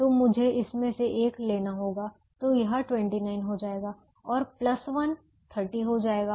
तो मुझे इसमें से 1 लेना होगा तो यह 29 हो जाएगा और 1 30 हो जाएगा